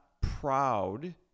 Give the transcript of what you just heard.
proud